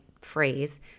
phrase